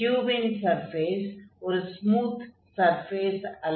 க்யூபின் surface ஒரு smooth surface அல்ல